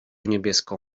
niebieską